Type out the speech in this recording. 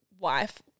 wife